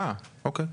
אוקיי.